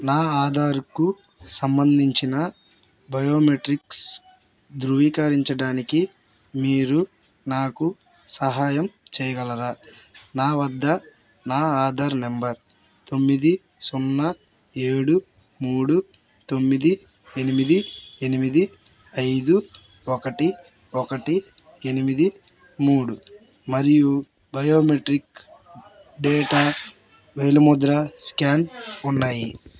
నా ఆధార్కు సంబంధించిన బయోమెట్రిక్స్ ధృవీకరించడానికి మీరు నాకు సహాయం చేయగలరా నా వద్ద నా ఆధార్ నంబర్ తొమ్మిది సున్నా ఏడు మూడు తొమ్మిది ఎనిమిది ఎనిమిది ఐదు ఒకటి ఒకటి ఎనిమిది మూడు మరియు బయోమెట్రిక్ డేటా వేలిముద్ర స్కాన్ ఉన్నాయి